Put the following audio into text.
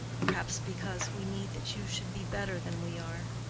perhaps because we need that you should be better than we are.